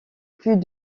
plus